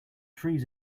trees